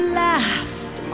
last